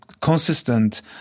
consistent